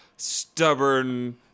stubborn